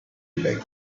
beck